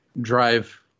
drive